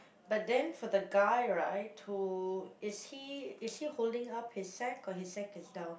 but then for the guy right who is he is he holding up his sack or his sack is down